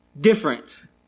different